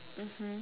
mmhmm